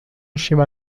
lleva